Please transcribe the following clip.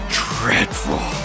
dreadful